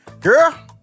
Girl